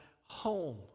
home